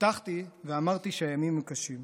פתחתי ואמרתי שהימים קשים.